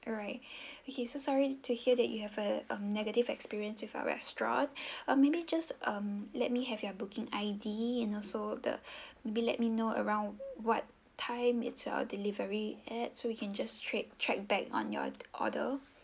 alright okay so sorry to hear that you have a a negative experience with our restaurant uh maybe just um let me have your booking I_D and also the maybe let me know around what time is our delivery at so we can just straight check back on your order